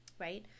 right